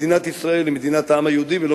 מדינת ישראל היא מדינת העם היהודי ולא